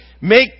make